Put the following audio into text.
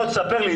בוא תספר לי.